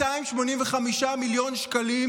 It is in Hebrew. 285 מיליון שקלים,